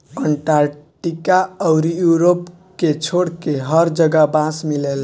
Antarctica अउरी Europe के छोड़के हर जगह बांस मिलेला